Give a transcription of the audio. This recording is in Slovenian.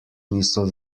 niso